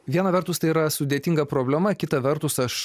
viena vertus tai yra sudėtinga problema kita vertus aš